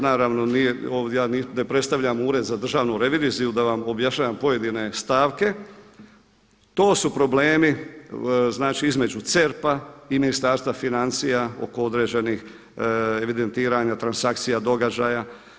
Naravno ja ne predstavljam ured za državnu reviziju da vam objašnjavam pojedine stavke, to su problemi između CERP-a i Ministarstva financija oko određenih evidentiranja, transakcija, događaja.